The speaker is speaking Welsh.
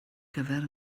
gyfer